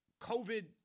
COVID